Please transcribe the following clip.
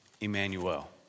Emmanuel